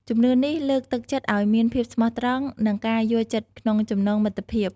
ជំនឿនេះលើកទឹកចិត្តឲ្យមានភាពស្មោះត្រង់ និងការយល់ចិត្តក្នុងចំណងមិត្តភាព។